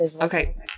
Okay